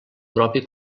propi